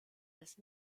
als